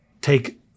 take